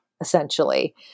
essentially